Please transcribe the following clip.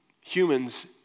humans